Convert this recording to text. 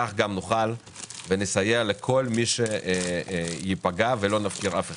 כך נוכל גם לסייע לכל מי שייפגע ולא נפקיר אף אחד.